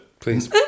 please